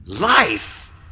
Life